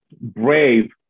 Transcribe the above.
brave